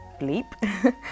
bleep